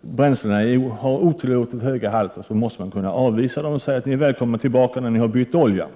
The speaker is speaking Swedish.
bränslena har otillåtet höga svavelhalter, måste man kunna avvisa dem och säga att de är välkomna tillbaka när de bytt oljan.